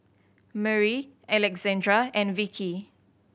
Murry Alexandra and Vickie